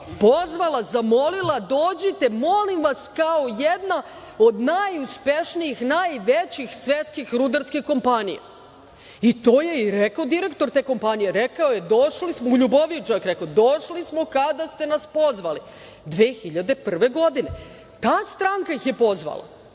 pozvala, i zamolila – dođite, molim vas, kao jedna od najuspešnijih, najvećih svetskih rudarskih kompanija. I to je rekao direktor te kompanije, rekao je, u LJuboviji je čak rekao, - došli smo kada ste nas pozvali 2001. godine. Ta stranka ih je pozvala